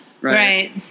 right